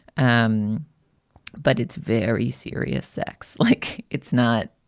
um but it's very serious sex. like, it's not,